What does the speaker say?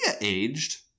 aged